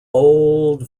old